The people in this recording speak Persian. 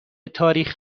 تاریخ